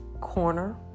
corner